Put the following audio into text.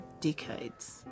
decades